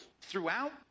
throughout